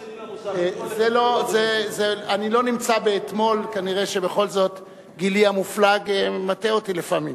5 דב חנין (חד"ש): 6 גאלב מג'אדלה (העבודה): 7 מיכאל בן-ארי